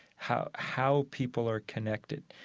how how people are connected.